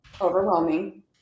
overwhelming